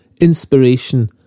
inspiration